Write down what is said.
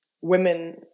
women